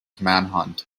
manhunt